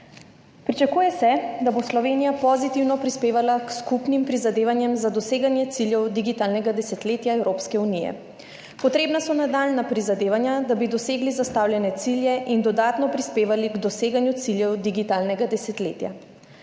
Pričakuje se, da bo Slovenija pozitivno prispevala k skupnim prizadevanjem za doseganje ciljev digitalnega desetletja Evropske unije. Potrebna so nadaljnja prizadevanja, da bi dosegli zastavljene cilje in dodatno prispevali k doseganju ciljev digitalnega desetletja.